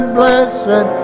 blessed